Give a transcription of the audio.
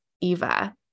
Eva